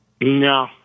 No